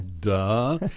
Duh